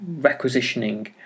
requisitioning